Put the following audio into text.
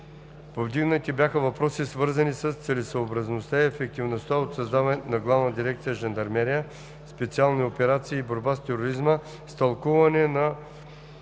Повдигнати бяха въпроси, свързани с целесъобразността и ефективността от създаването на Главна дирекция „Жандармерия, специални операции и борба с тероризма“, с тълкуване на